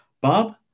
Bob